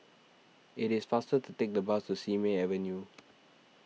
it is faster to take the bus to Simei Avenue